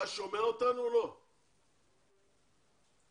הגדלה שלה עד 20,000 או 18,000 משתתפים.